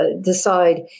decide